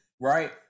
right